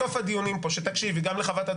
שרשות ציבורית אינה חייבת למסור לפי סעיף 9(ב) לחוק האמור.